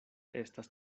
estas